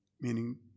meaning